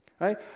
Right